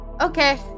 Okay